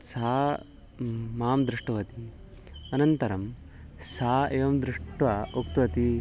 सा मां दृष्टवती अनन्तरं सा एवं दृष्ट्वा उक्तवती